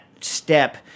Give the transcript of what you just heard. step